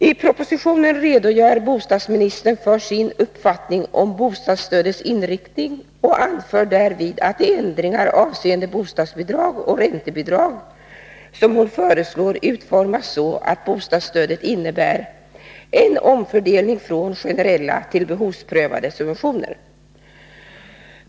I propositionen redogör bostadsministern för sin uppfattning om bostadsstödets inriktning och anför därvid att de ändringar avseende bostadsbidrag och räntebidrag som hon föreslår utformas så, att bostadsstödet innebär en omfördelning från generella till behovsprövade subventioner.